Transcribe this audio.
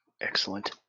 Excellent